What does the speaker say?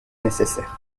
nécessaire